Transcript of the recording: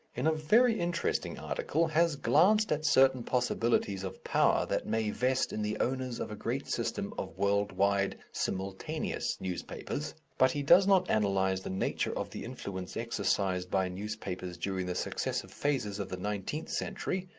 in a very interesting article has glanced at certain possibilities of power that may vest in the owners of a great system of world-wide simultaneous newspapers, but he does not analyze the nature of the influence exercised by newspapers during the successive phases of the nineteenth century,